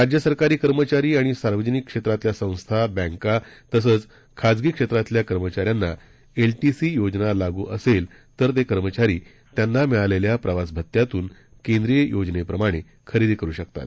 राज्य सरकारी कर्मचारी आणि सावर्जनिक क्षेत्रातील संस्था बँका तसंच खाजगी क्षेत्रातल्या कर्मचाऱ्यांना एलटिसी योजना लागू असेल तर ते कर्मचारी त्यांना मिळालेल्या प्रवास भत्त्यातून केंद्रीय योजनेप्रमाणे खरेदी करू शकतात